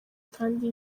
kandi